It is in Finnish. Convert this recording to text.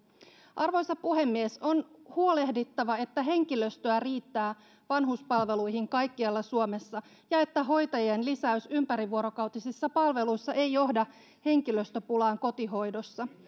arvoisa puhemies on huolehdittava että henkilöstöä riittää vanhuspalveluihin kaikkialla suomessa ja että hoitajien lisäys ympärivuorokautisissa palveluissa ei johda henkilöstöpulaan kotihoidossa